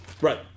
Right